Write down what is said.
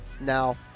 Now